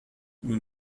nous